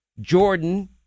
Jordan